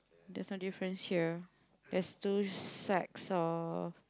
there's no different here there's two sacks of